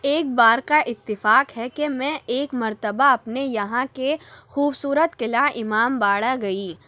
ایک بار کا اتفاق ہے کہ میں ایک مرتبہ اپنے یہاں کے خوبصورت قلعہ امام باڑہ گئی